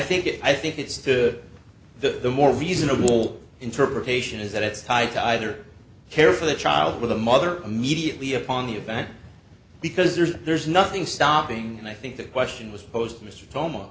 think it i think it's to the more reasonable interpretation is that it's tied to either care for the child with the mother immediately upon the event because there's there's nothing stopping and i think the question was posed to mr toma